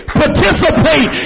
participate